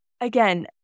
again